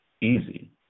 easy